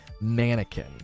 mannequin